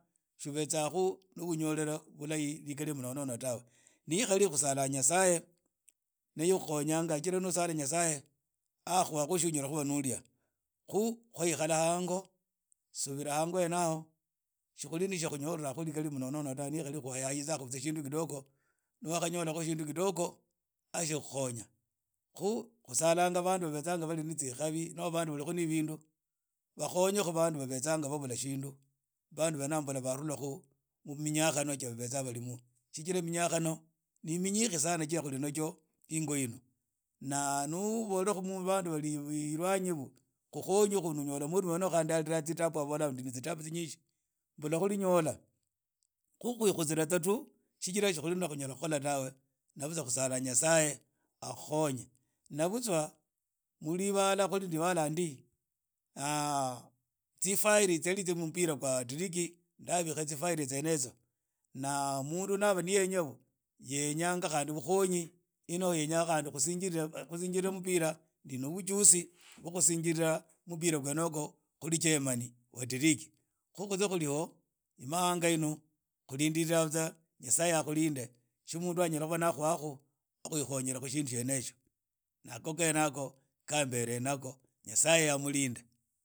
Tsobeza khu no bunyolele bulahi righali mnonono tawe nikhari khusara nyasaye ni ye ukhukhonyanga chijira ni usaye nyasaye akhuhakhu tsio nyala khuba no lia khu khwaikhala hango subila hango hene aho sti khuli tsya khunyola khu ligari mnonono ta ntarhi khwikhayakhayitsa shindu kidogo ni wakhaba unyola shindu kidogo akhikhukhonya. Khu khusalanga bandu babezanga bali ne tsikhavi noho bandu bali khu ne bindu bakhonyekhu bandu babezanga babula shindu bandu aba mbula barhula mu minyakhano ja babezamu shijira minyakhano ne minyishi sana ja khuli na jo ingo inu n ani uvola khu bandu bali ilwanyi khonye khu unyola khali naye alila tsitabu tsinyishi mbula khuli nyola khu khwikhutsira vutswa tu sijira khuli na tsyakunyala khukhola ta na vutsa khusala nyasaye akhukhonye na vutswa mu libala khuli ndibala ndi tsifile tsari tsyo mupira khwa titiki ndavikha tsifile tseyene yityo, na mundu na yenya bukonyi inoho yenya kusingitsa mupira ndi no vujuzi bwo kusinjila mupira khwene hiwgo khuli chairman wa tiriki khu khutsa khuriho imahanga ino khulindira tsa nyasaye akhulinde tso mundu anyala khuba na khuhaku khwikhonyera khu shindu shyene hisho nah ago gene yakho khambere nakho. Nyasaye amulinde.